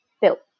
built